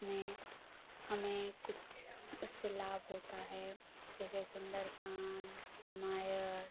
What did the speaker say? मैं हमें कुछ उससे लाभ होता है जैसे सुंदर कांड रमायण